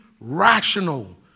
rational